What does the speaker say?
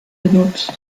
genutzt